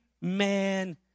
man